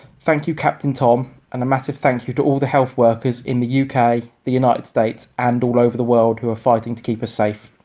thank you, captain tom. and a massive thank you to all the health workers in the u k, the united states and all over the world who are fighting to keep us safe.